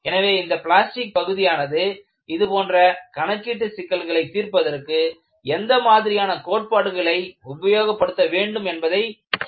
எனவே இந்த பிளாஸ்டிக் பகுதியானது இதுபோன்ற கணக்கீட்டு சிக்கல்களை தீர்ப்பதற்கு எந்தமாதிரியான கோட்பாடுகளை உபயோகப்படுத்த வேண்டும் என்பதை சுட்டிக் காட்டுகிறது